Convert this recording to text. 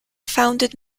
founded